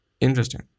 Interesting